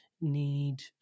need